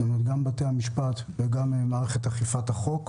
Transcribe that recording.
גם בתי המשפט וגם מערכת אכיפת החוק.